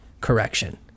correction